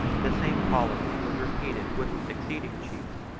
the same policy was repeated with the succeeding chiefs,